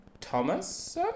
Thomas